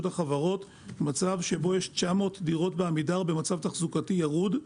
החברות מצב שבו יש 900 דירות בעמידר במצב תחזוקה ירוד,